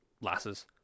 lasses